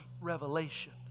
revelation